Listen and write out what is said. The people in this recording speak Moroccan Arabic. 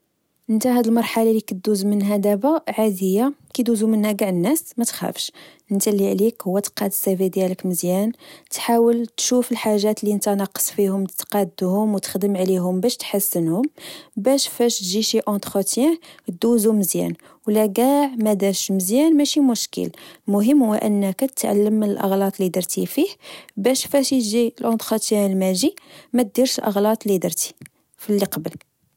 نتا هاد المرحلة لكدوز منها دبا عادية، كدوزو منها چاع الناس متخافش، نتا لعليك هو تقاد cv ديالك مزيان، تحاول تشوف الحاجات لنتا ناقص فيهم تقادهوم وتخدم عليهم باش تحسنهوم باش فاش تجي شي entretien دوزو مزيان، ولا چاعمداش مزيان ماشي مشكل، المهم هو أنك تعلم من الأغلاط لدرتي فيه باش فاش إجي l’entretien الماجي مديرش الأغلاط لدرتي في اللي قبل